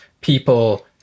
people